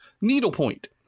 needlepoint